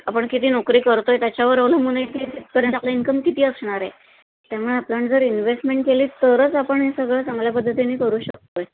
आपण किती नोकरी करतोय त्याच्यावर अवलंबून आहे तिथपर्यंत आपलं इन्कम किती असणार आहे त्यामुळे आपण जर इन्व्हेस्टमेंट केली तरच आपण हे सगळं चांगल्या पद्धतीने करू शकतोय